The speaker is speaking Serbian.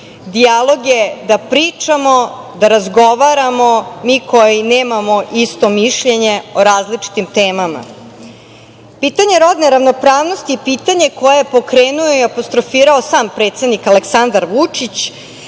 dijalog je da pričamo, da razgovaramo mi koji nemamo isto mišljenje o različitim temama. Pitanje rodne ravnopravnosti je pitanje koje je pokrenuo i apostrofirao sam predsednik Aleksandar Vučić,